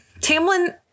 Tamlin